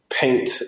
paint